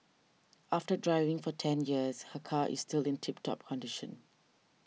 after driving for ten years her car is still in tip top condition